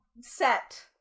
set